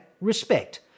respect